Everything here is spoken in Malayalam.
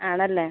ആണല്ലേ